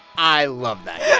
i love that yeah